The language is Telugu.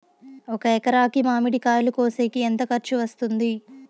ఒక ఎకరాకి మామిడి కాయలు కోసేకి ఎంత ఖర్చు వస్తుంది?